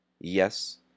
Yes